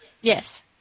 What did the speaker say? Yes